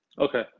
Okay